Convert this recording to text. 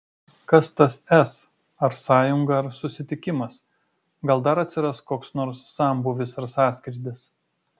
kas tas s ar sąjunga ar susitikimas gal dar atsiras koks nors sambūvis ar sąskrydis